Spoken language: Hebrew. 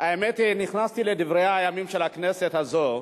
האמת היא, נכנסתי לדברי הימים של הכנסת הזאת,